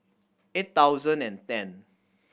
eight thousand and ten